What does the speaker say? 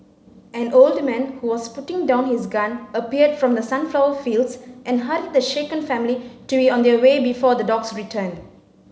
an old man who was putting down his gun appeared from the sunflower fields and hurried the shaken family to be on their way before the dogs return